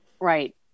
Right